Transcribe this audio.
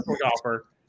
golfer